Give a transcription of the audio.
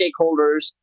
stakeholders